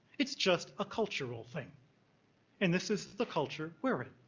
it's just a cultural thing and this is the culture we're in.